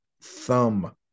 thumb